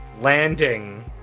landing